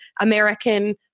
American